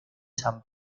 san